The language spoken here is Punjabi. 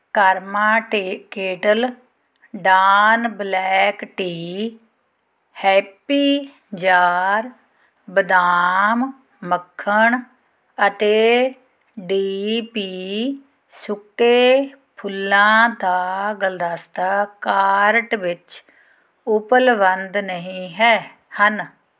ਕਰਮਾ tea kettle don black tea happy jar ਬਦਾਮ ਮੱਖਣ ਅਤੇ ਡੀ ਪੀ ਸੁੱਕੇ ਫੁੱਲਾਂ ਦਾ ਗੁਲਦਸਤਾ ਕਾਰਟ ਵਿੱਚ ਉਪਲਬਧ ਨਹੀਂ ਹੈ ਹਨ